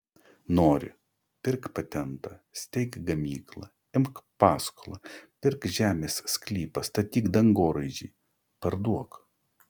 nori pirk patentą steik gamyklą imk paskolą pirk žemės sklypą statyk dangoraižį parduok